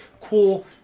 cool